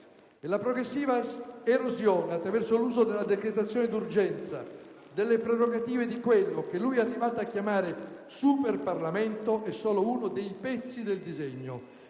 la progressiva erosione attraverso l'uso della decretazione d'urgenza delle prerogative di quello che lui è arrivato a chiamare "super Parlamento" è solo uno dei pezzi del disegno.